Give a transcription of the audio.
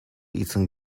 eaten